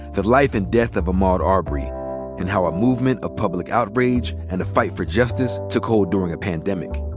the life and death of ahmaud arbery and how a movement of public outrage and a fight for justice took hold during a pandemic.